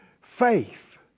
Faith